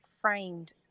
framed